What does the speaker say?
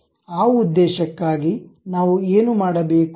ಆ ಉದ್ದೇಶಕ್ಕಾಗಿ ನಾವು ಏನು ಮಾಡಬೇಕು